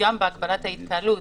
גם בהגבלת ההתקהלות